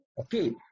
okay